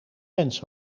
wens